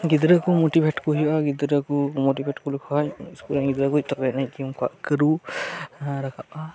ᱜᱤᱫᱽᱨᱟ ᱠᱚ ᱢᱚᱴᱤᱵᱷᱮᱴ ᱠᱚ ᱦᱩᱭᱩᱜᱼᱟ ᱜᱤᱫᱽᱨᱟᱹ ᱠᱚ ᱢᱚᱴᱤᱵᱷᱮᱴ ᱠᱚ ᱞᱮᱠᱷᱟᱱ ᱤᱥᱠᱩᱞ ᱨᱮᱱ ᱜᱤᱫᱽᱨᱟ ᱠᱚ ᱛᱚᱵᱮᱭᱟᱱᱤᱡ ᱩᱱᱠᱩᱣᱟᱜ ᱠᱟᱹᱨᱩ ᱦᱟᱨᱟ ᱨᱟᱠᱟᱵᱼᱟ